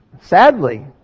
Sadly